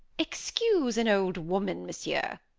excuse an old woman, monsieur,